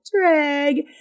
drag